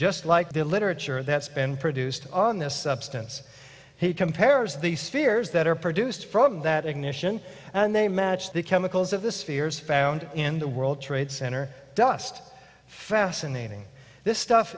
just like the literature that's been produced on this substance he compares the spheres that are produced from that ignition and they match the chemicals of the spheres found in the world trade center dust fascinating this stuff